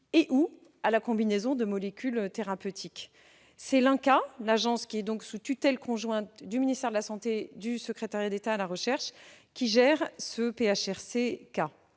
ou à la combinaison de molécules thérapeutiques. C'est l'INCa, agence sous tutelle conjointe du ministère de la santé et du secrétariat d'État à la recherche, qui gère le PHRC-K.